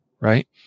right